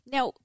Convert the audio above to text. Now